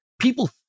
People